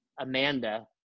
Amanda